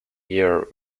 year